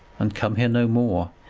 and come here no more.